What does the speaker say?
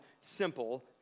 simple